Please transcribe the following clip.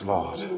Lord